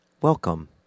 Welcome